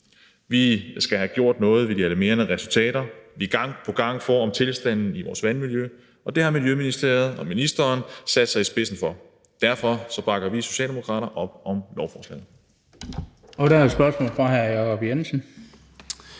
Vi skal have gjort noget ved de alarmerende resultater, vi gang på gang får om tilstanden i vores vandmiljø, og det har Miljøministeriet og ministeren sat sig i spidsen for. Derfor bakker vi Socialdemokrater op om lovforslaget. Kl. 17:14 Den fg. formand (Bent